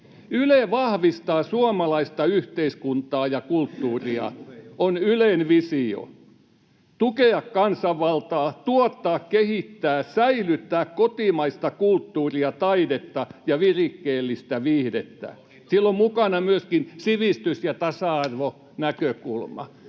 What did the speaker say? Yle vahvistaa suomalaista yhteiskuntaa ja kulttuuria. On Ylen visio tukea kansanvaltaa, tuottaa, kehittää ja säilyttää kotimaista kulttuuria, taidetta ja virikkeellistä viihdettä. Sillä on mukana myöskin sivistys‑ ja tasa-arvonäkökulma.